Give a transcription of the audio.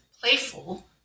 playful